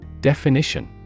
Definition